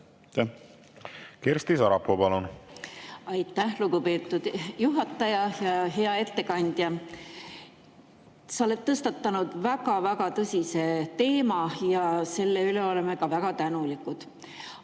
hind oleks? Aitäh, lugupeetud juhataja! Hea ettekandja! Sa oled tõstatanud väga-väga tõsise teema ja selle üle oleme ka väga tänulikud.